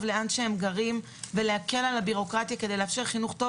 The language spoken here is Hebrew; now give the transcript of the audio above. למקום המגורים ולהקל על הבירוקרטיה כדי לאפשר חינוך טוב.